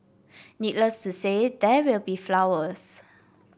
needless to say there will be flowers